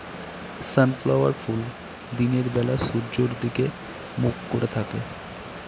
sunflower ফুল দিনের বেলা সূর্যের দিকে মুখ করে থাকে